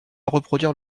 reproduire